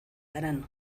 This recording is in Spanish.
harán